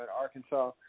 Arkansas